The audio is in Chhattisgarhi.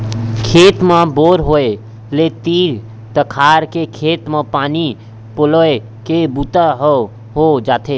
खेत म बोर होय ले तीर तखार के खेत म पानी पलोए के बूता ह हो जाथे